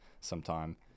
sometime